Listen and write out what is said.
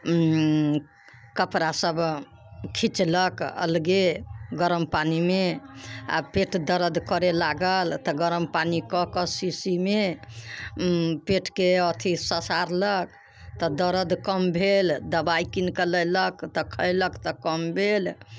कपड़ा सब खींचलक अलगे गरम पानिमे आओर पेट दर्द करे लागल तऽ गरम पानि कऽ कऽ शीशीमे पेटके अथी ससारलक तऽ दर्द कम भेल दबाइ कीनके लयलक तऽ खयलक तऽ कम भेल